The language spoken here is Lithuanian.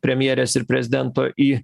premjerės ir prezidento į